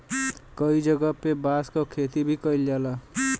कई जगह पे बांस क खेती भी कईल जाला